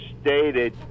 stated